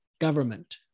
government